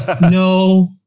no